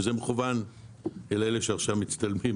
וזה מכוון לאלה שעכשיו מצטלמים